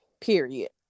period